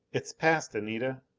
it's past, anita!